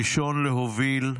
ראשון להוביל,